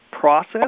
process